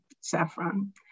saffron